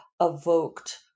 evoked